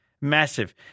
massive